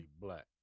black